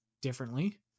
differently